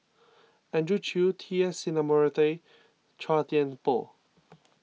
Andrew Chew T S Sinnathuray and Chua Thian Poh